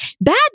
Bad